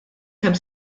kemm